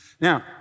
Now